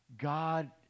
God